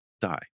die